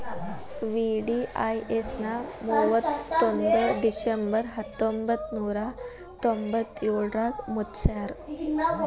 VDIS ನ ಮುವತ್ತೊಂದ್ December ಹತ್ತೊಂಬತ್ ನೂರಾ ತೊಂಬತ್ತಯೋಳ್ರಾಗ ಮುಚ್ಚ್ಯಾರ